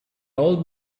old